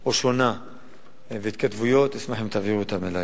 או שונה והתכתבויות, אשמח אם תביאו אותן אלי.